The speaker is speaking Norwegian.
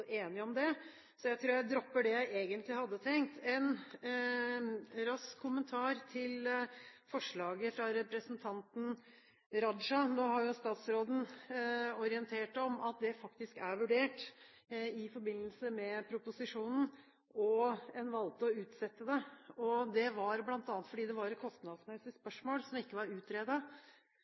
enige om det, så jeg tror jeg dropper det jeg egentlig hadde tenkt å si. En rask kommentar til forslaget fra representanten Raja: Nå har jo statsråden orientert om at det faktisk er vurdert i forbindelse med proposisjonen, og en valgte å utsette det. Det var bl.a. fordi det var et kostnadsmessig spørsmål som ikke var